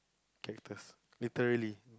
cactus literary